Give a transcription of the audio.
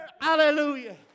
Hallelujah